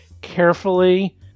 carefully